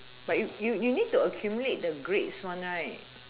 but you you need to accumulate the grades one right